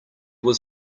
was